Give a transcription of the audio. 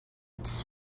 its